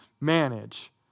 manage